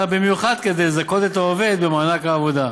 במיוחד כדי לזכות את העובד במענק העבודה.